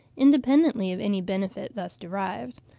independently of any benefit thus derived.